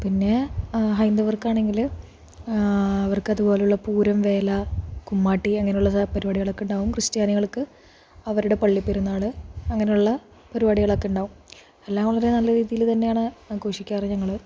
പിന്നെ ഹൈന്ദവർക്കാണെങ്കിൽ അവർക്കതു പോലെയുള്ള പൂരം വേല കൂമ്മാട്ടി അങ്ങനെയുള്ള സാ പരിപാടികളൊക്കെയുണ്ടാകും ക്രിസ്ത്യാനികൾക്ക് അവരുടെ പള്ളിപ്പെരുന്നാൾ അങ്ങനെയുള്ള പരിപാടികളൊക്കെയുണ്ടാകും എല്ലാം വളരെ നല്ല രീതിയിൽത്തന്നെയാണ് ആഘോഷിയ്ക്കാറുണ്ട് ഞങ്ങൾ